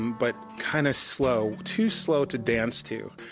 but kind of slow. too slow to dance to.